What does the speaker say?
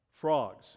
frogs